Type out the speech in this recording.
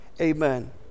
Amen